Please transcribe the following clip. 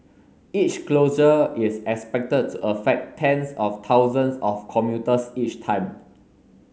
each closure is expected to affect tens of thousands of commuters each time